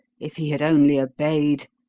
if he had only obeyed,